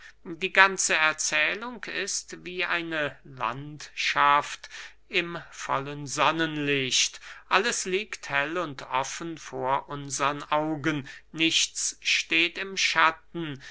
die ganze erzählung ist wie eine landschaft im voll sonnenlicht alles liegt hell und offen vor unsern augen nichts steht im schatten